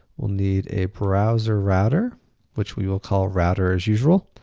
we'll need a browserrouter which we will call router as usual.